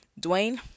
Dwayne